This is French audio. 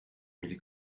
mille